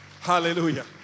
Hallelujah